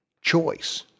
choice